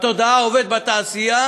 בתודעה, עובד בתעשייה